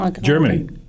germany